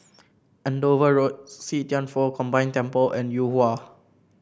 Andover Road See Thian Foh Combine Temple and Yuhua